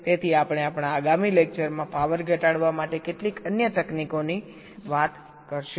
તેથી આપણે આપણાં આગામી લેકચરમાં પાવર ઘટાડવા માટે કેટલીક અન્ય તકનીકોની વાત કરશું